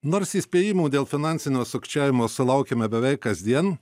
nors įspėjimų dėl finansinio sukčiavimo sulaukiame beveik kasdien